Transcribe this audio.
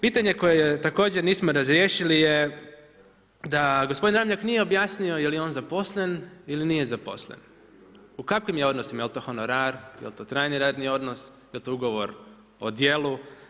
Pitanje koje također nismo razriješili je da gospodin Ramljak nije objasnio je li on zaposlen ili nije zaposlen, u kakvim je odnosima, jel' to honorar, jel' to trajni radni odnos, jel' to ugovor o djelu.